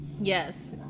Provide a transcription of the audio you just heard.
Yes